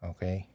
Okay